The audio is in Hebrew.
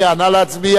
נא להצביע.